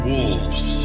Wolves